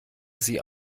sie